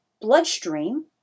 bloodstream